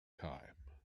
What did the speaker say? time